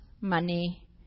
money